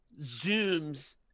zooms